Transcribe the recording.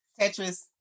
Tetris